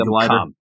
Come